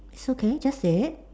it's okay just say it